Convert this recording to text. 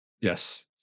yes